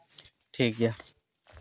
ᱴᱷᱤᱠ ᱜᱮᱭᱟ